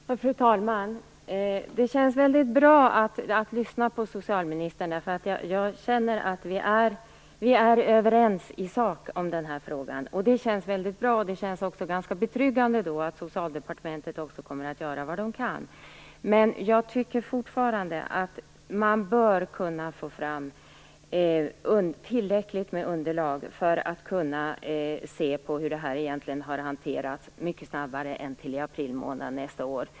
Fru talman! Det känns väldigt bra att lyssna på socialministern. Jag känner att vi är överens i sak i denna fråga, och det känns väldigt bra och betryggande att Socialdepartementet kommer att göra vad det kan. Men jag tycker fortfarande att man bör kunna få fram tillräckligt med underlag för att mycket snabbare än i april nästa år kunna se på hur det här egentligen har hanterats.